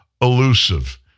elusive